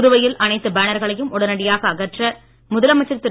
புதுவையில் அனைத்து பேனர்களையும் உடனடியாக அகற்ற முதலமைச்சர் திரு